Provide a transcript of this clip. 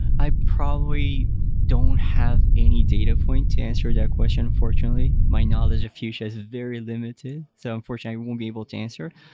i probably don't have any data point to answer that question unfortunately. my knowledge of fuchsia is very limited. so unfortunately, i won't be able to answer.